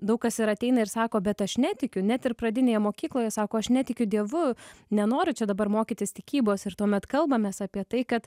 daug kas ir ateina ir sako bet aš netikiu net ir pradinėje mokykloje sako aš netikiu dievu nenoriu čia dabar mokytis tikybos ir tuomet kalbamės apie tai kad